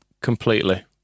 completely